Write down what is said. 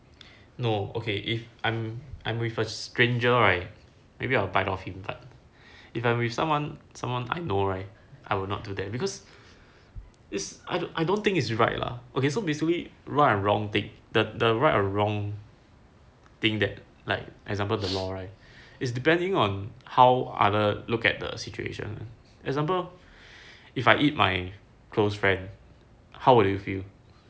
no okay if I'm I'm with a stranger right maybe I'll bite of him that if I'm with someone someone I know right I will not to that because it's I don't think is right lah okay so basically right or wrong thing that the right or wrong thing that like example the law right is depending on how other look at the situation example if I eat my close friend how would you feel